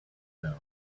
know